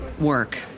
work